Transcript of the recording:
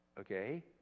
Okay